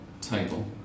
table